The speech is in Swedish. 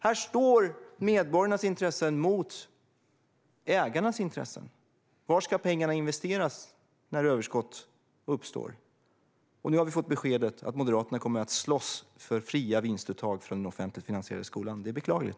Här står medborgarnas intressen mot ägarnas intressen. Var ska pengarna investeras när överskott uppstår? Nu har vi fått beskedet att Moderaterna kommer att slåss för fria vinstuttag från den offentligt finansierade skolan. Det är beklagligt.